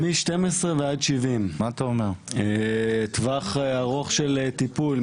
מ-12 עד 70. טווח ארוך של טיפול,